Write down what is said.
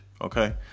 Okay